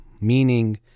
meaning